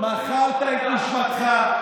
מכרת את נשמתך,